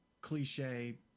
cliche